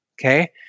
Okay